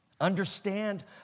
understand